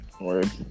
Word